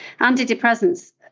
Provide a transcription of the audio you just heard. Antidepressants